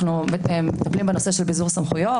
אנחנו מטפלים בנושא של ביזור סמכויות,